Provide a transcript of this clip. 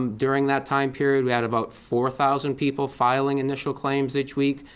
um during that time period we had about four thousand people filing initial claims each week,